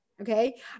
okay